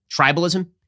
tribalism